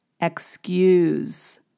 Excuse